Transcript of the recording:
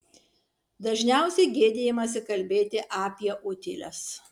dažniausiai gėdijamasi kalbėti apie utėles